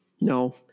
No